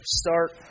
start